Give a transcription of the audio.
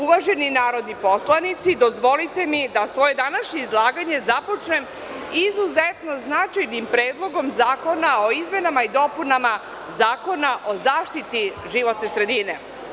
Uvaženi narodni poslanici, dozvolite mi da svoje današnje izlaganje započnem izuzetno značajnim Predlogom zakona o izmenama i dopunama Zakona o zaštiti životne sredine.